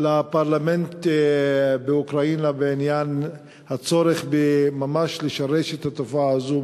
לפרלמנט באוקראינה בעניין הצורך ממש לשרש את התופעה הזו,